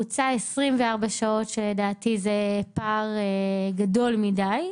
הוצע 24 שעות, שלדעתי זה פער גדול מדי,